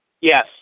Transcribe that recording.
Yes